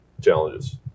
challenges